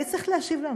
מי צריך להשיב לנו,